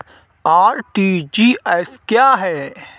RTGS क्या है?